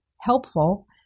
helpful